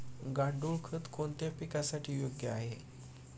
गांडूळ खत कोणत्या पिकासाठी योग्य आहे?